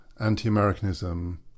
anti-Americanism